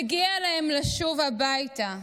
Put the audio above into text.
מגיע להם לשוב הביתה.